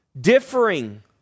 differing